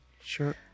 sure